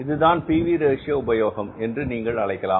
இதுதான் P V ratio PV Ratio உபயோகம் என்று நீங்கள் அழைக்கலாம்